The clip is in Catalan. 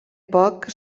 poc